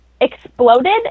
exploded